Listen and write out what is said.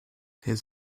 his